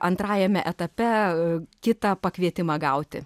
antrajame etape kitą pakvietimą gauti